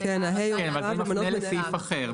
כן, אז הוא מפנה לסעיף אחר.